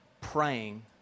praying